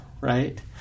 right